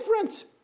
different